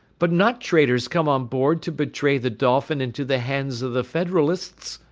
but not traitors come on board to betray the dolphin into the hands of the federalists.